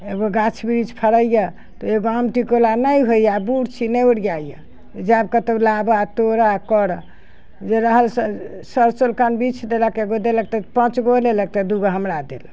एगो गाछ वृक्ष फड़ैए तऽ एगो आम टिकला नहि होइए बुढ़ छी नहि ओरियाइए जायब कतो लाबऽ तोड़ऽ करऽ जे रहल से सर सोलकन्ह बिछ देलक एगो देलक तऽ पाँचगो ओ लेलक तऽ दूगो हमरा देलक